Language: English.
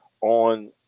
on